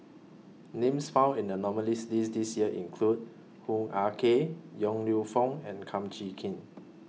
Names found in The nominees' list This Year include Hoo Ah Kay Yong Lew Foong and Kum Chee Kin